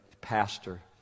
pastor